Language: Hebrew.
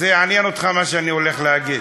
זה יעניין אותך, מה שאני הולך להגיד.